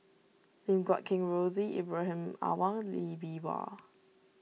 Lim Guat Kheng Rosie Ibrahim Awang Lee Bee Wah